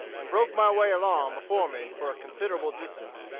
and broke my way along before me for a considerable distance.